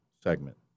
segment